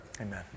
Amen